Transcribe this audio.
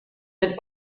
and